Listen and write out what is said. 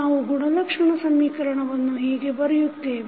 ನಾವು ಗುಣಲಕ್ಷಣ ಸಮೀಕರಣವನ್ನು ಹೀಗೆ ಬರೆಯುತ್ತೇವೆ